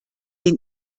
den